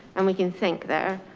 and we can think there,